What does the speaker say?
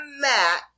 Matt